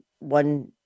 one